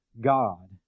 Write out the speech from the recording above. God